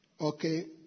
Okay